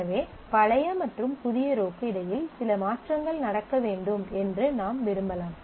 எனவே பழைய மற்றும் புதிய ரோக்கு இடையில் சில மாற்றங்கள் நடக்க வேண்டும் என்று நாம் விரும்பலாம்